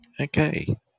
Okay